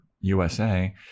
USA